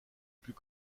plus